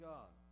God